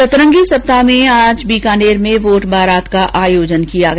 सतरंगी सप्ताह में आज बीकानेर में वोट बारात का आयोजन किया गया